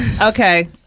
Okay